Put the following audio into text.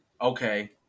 okay